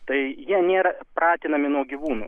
tai jie nėra pratinami nuo gyvūnų